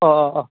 अह अह औ